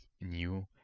new